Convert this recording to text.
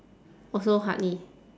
also hardly